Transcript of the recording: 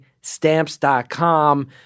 Stamps.com